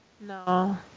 No